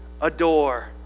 adore